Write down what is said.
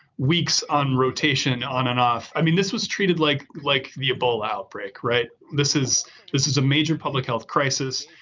weeks on rotation, on and off. i mean, this was treated like like the ebola outbreak. right? this is this is a major public health crisis.